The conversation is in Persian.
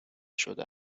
شده